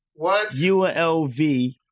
ULV